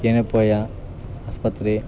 ಏನಪೋಯ ಆಸ್ಪತ್ರೆ